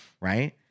right